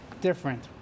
different